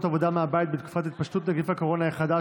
עבודה מהבית בתקופת התפשטות נגיף הקורונה החדש),